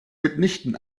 mitnichten